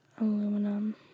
Aluminum